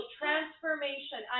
transformation